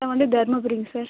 நான் வந்து தருமபுரிங்க சார்